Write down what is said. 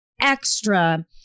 extra